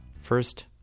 First